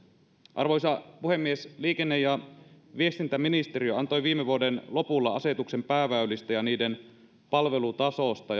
arvoisa puhemies liikenne ja viestintäministeriö antoi viime vuoden lopulla asetuksen pääväylistä ja niiden palvelutasosta